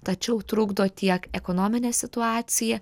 tačiau trukdo tiek ekonominė situacija